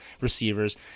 receivers